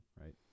right